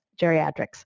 geriatrics